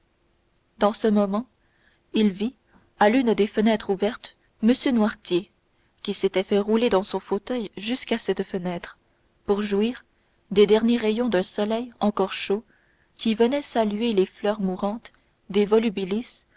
dans ce moment il vit à l'une des fenêtres ouvertes m noirtier qui s'était fait rouler dans son fauteuil jusqu'à cette fenêtre pour jouir des derniers rayons d'un soleil encore chaud qui venaient saluer les fleurs mourantes des volubilis